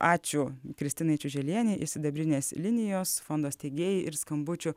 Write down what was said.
ačiū kristinai čiuželienei iš sidabrinės linijos fondo steigėjai ir skambučių